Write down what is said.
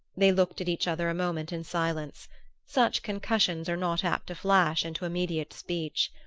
they looked at each other a moment in silence such concussions are not apt to flash into immediate speech.